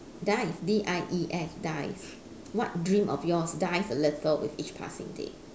dies D I E S dies what dream of yours dies a little with each passing day